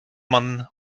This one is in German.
man